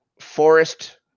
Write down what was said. Forest